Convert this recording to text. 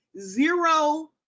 zero